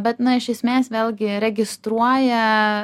bet na iš esmės vėlgi registruoja